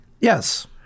Yes